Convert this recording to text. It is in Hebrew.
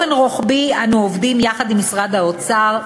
באופן רוחבי אנו עובדים יחד עם משרד האוצר,